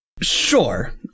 Sure